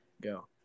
Go